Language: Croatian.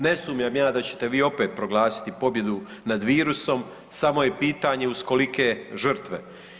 Ne sumnjam ja da ćete vi opet proglasiti pobjedu nad virusom samo je pitanje uz kolike žrtve.